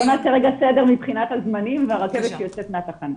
בואו נעשה רגע סדר מבחינת הזמנים והרכבת יוצאת מהתחנה.